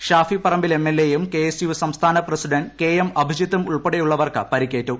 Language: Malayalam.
Shafi Parambil M L A യും കെ എസ് യു സംസ്ഥാന പ്രസിഡന്റ് കെ എം അഭിജിത്തും ഉൾപ്പെടെയുള്ളവർക്ക് പരിക്കേറ്റു